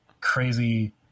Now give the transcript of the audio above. crazy